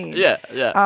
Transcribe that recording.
yeah, yeah.